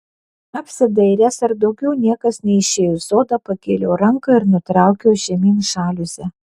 apsidairęs ar daugiau niekas neišėjo į sodą pakėliau ranką ir nutraukiau žemyn žaliuzę